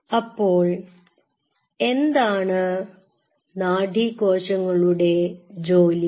അപ്പോൾ എന്താണ് നാഡീകോശങ്ങളുടെ ജോലി